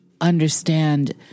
understand